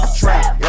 trap